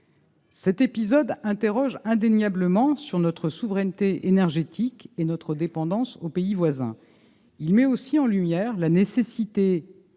Cet épisode interroge indéniablement notre souveraineté énergétique et notre dépendance aux pays voisins. Il met aussi en lumière la nécessité